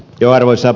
johdoissa